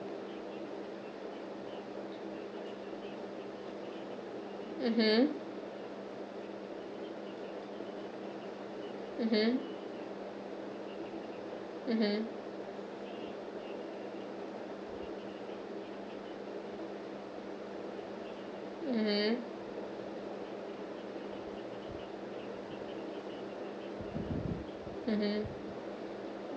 mmhmm mmhmm mmhmm mmhmm mmhmm